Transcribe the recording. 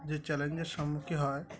যে চ্যালেঞ্জের সম্মুখীন হয়